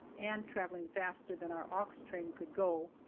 and traveling faster than our ox train could go,